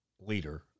Leader